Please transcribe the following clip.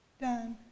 done